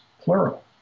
plural